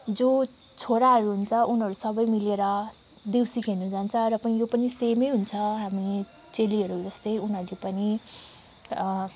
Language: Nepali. जो छोराहरू हुन्छ उनीहरू सबै मिलेर देउसी खेल्नु जान्छ र पनि यो पनि सेमै हुन्छ हामी चेलीहरू जस्तै उनीहरूले पनि